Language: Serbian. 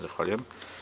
Zahvaljujem.